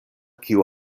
kiu